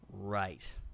Right